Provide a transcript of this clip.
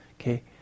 okay